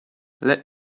let